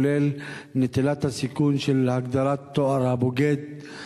כולל נטילת הסיכון של הגדרתם בתואר "בוגד",